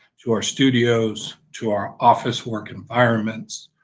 to our studios, to our office work environments.